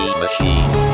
machine